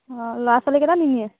অঁ ল'ৰা ছোৱালীকেইটা নিনিয়ে